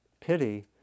pity